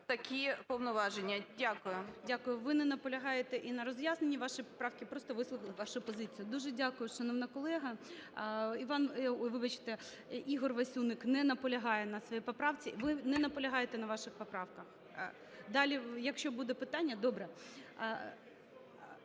такі повноваження. Дякую. ГОЛОВУЮЧИЙ. Дякую. Ви не наполягаєте і на роз'ясненні вашої поправки, просто висловили вашу позицію. Дуже дякую, шановна колега. Іван, вибачте, Ігор Васюник не наполягає на своїй поправці. Ви не наполягаєте на ваших поправках? Далі, якщо буде питання… Добре.